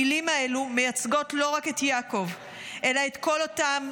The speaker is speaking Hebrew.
המילים האלה מייצגות לא רק את יעקב אלא את כל אותם